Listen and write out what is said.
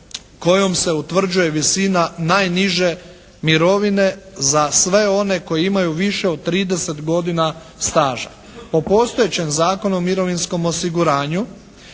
kojom se utvrđuje visina najniže mirovine za sve one koji imaju više od 30 godina staža.